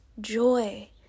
joy